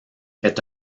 est